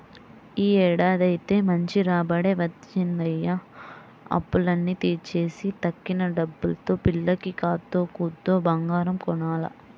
యీ ఏడాదైతే మంచి రాబడే వచ్చిందయ్య, అప్పులన్నీ తీర్చేసి తక్కిన డబ్బుల్తో పిల్లకి కాత్తో కూత్తో బంగారం కొనాల